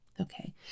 Okay